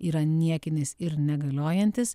yra niekinis ir negaliojantis